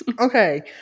Okay